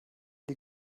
die